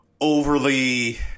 overly